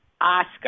Oscar